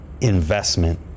investment